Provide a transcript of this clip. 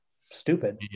stupid